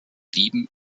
lieben